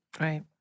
Right